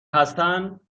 هستن